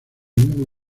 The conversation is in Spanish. mismo